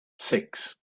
six